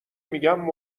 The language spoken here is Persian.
میگم